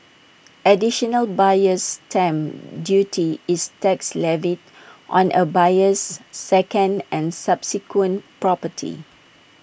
additional buyer's stamp duty is tax levied on A buyer's second and subsequent property